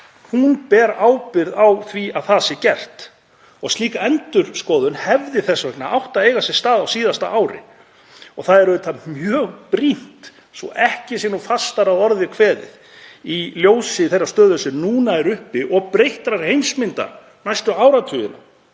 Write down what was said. ber ábyrgð á því að það sé gert. Slík endurskoðun hefði þess vegna átt að eiga sér stað á síðasta ári. Það er auðvitað mjög brýnt, svo ekki sé fastar að orði kveðið, í ljósi þeirrar stöðu sem nú er uppi og breyttrar heimsmyndar næstu áratugina,